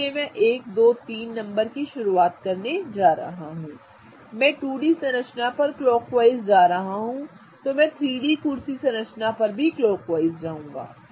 इसलिए मैं 1 2 3 नंबर की शुरुआत करने जा रहा हूं मैं 2 डी संरचना पर क्लॉकवाइज जा रहा हूं मैं 3 डी कुर्सी संरचना पर भी क्लॉकवाइज जाऊंगा